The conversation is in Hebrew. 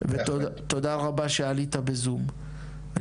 ותודה רבה שעלית בזום.